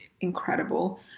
incredible